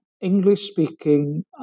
english-speaking